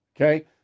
Okay